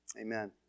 Amen